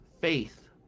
faith